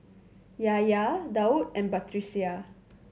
Yahya Daud and Batrisya